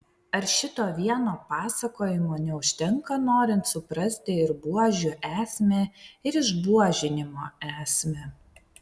ar šito vieno pasakojimo neužtenka norint suprasti ir buožių esmę ir išbuožinimo esmę